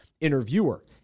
interviewer